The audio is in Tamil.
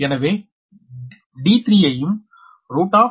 எனவே d3 யையும் 827